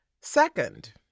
Second